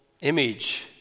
image